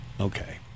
okay